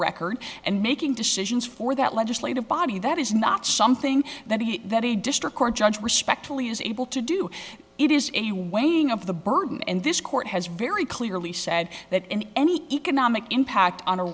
record and making decisions for for that legislative body that is not something that he that a district court judge respectfully is able to do it is a waning of the burden and this court has very clearly said that in any economic impact on a